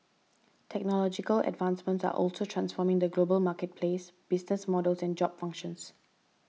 technological advancements are also transforming the global marketplace business models and job functions